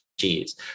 cheese